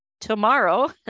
tomorrow